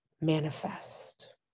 manifest